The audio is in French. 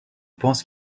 pense